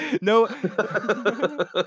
No